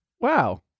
Wow